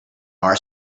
our